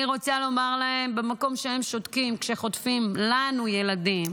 אני רוצה לומר להם שבמקום שהם שותקים כשחוטפים לנו ילדים,